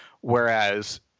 whereas